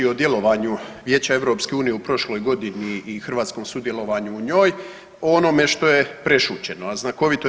djelovanju Vijeća EU u prošloj godini i hrvatskom sudjelovanju u njoj, o onome što je prešućeno, a znakovito je.